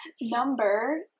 number